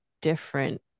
different